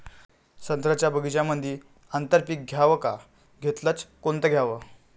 संत्र्याच्या बगीच्यामंदी आंतर पीक घ्याव का घेतलं च कोनचं घ्याव?